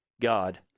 god